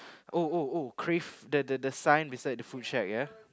oh oh oh crave the the the sign beside the food shack ya